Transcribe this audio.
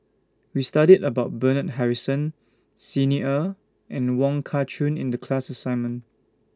We studied about Bernard Harrison Xi Ni Er and Wong Kah Chun in The class assignment